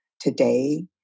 today